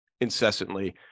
incessantly